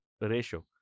ratio